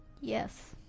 Yes